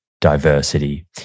diversity